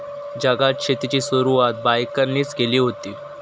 जगात शेतीची सुरवात बायकांनीच केली हुती